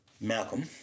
Malcolm